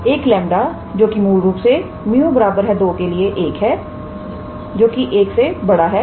एक लेमबड़ा जो कि मूल रूप से 𝜇 2 के लिए 1 से बड़ा है